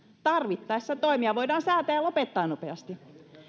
tarvittaessa toimia voidaan säätää ja lopettaa nopeasti